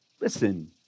Listen